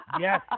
Yes